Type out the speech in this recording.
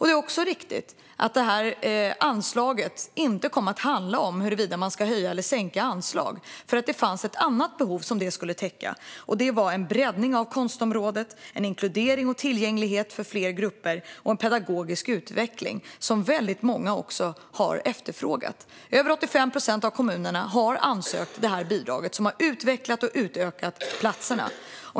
Det är också riktigt att diskussionen om bidraget inte kom att handla om huruvida man ska höja eller sänka anslag, för det fanns ett annat behov som det skulle täcka, nämligen en breddning av konstområdet, inkludering och tillgänglighet för fler grupper och en pedagogisk utveckling som väldigt många har efterfrågat. Över 85 procent av kommunerna har ansökt om detta bidrag, som har utvecklat och utökat platserna.